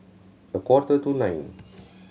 a quarter to nine